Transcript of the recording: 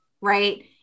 right